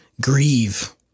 grieve